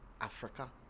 Africa